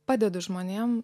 padedu žmonėm